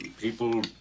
people